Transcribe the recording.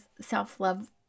self-love